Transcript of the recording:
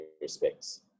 respects